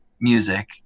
music